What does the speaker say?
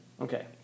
Okay